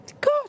God